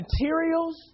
materials